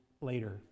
later